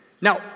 Now